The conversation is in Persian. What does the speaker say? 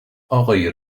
آقای